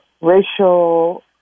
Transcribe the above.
racial